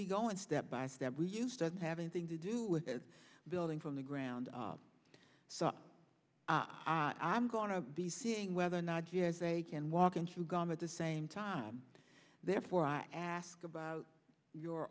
be going step by step we use doesn't have anything to do with the building from the ground so i'm going to be seeing whether or not yes they can walk and chew gum at the same time therefore i ask about your